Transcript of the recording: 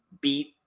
beat